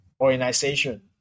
organization